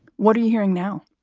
what are you hearing now?